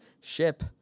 ship